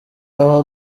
aho